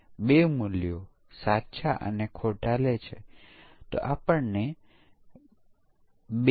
તે જ રીતે તમારી પાસે પાસવર્ડ 6 અક્ષરની શબ્દમાળા હોઈ શકે છે